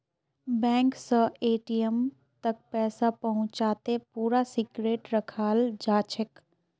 bank स ATM तक पैसा पहुंचाते पूरा सिक्रेट रखाल जाछेक